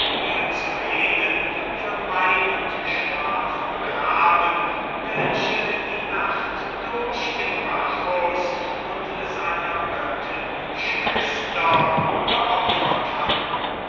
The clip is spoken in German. zu reden von wein und schlaf begraben welche die nacht durch dem bacchus und seiner göttin schwester geopfert hatten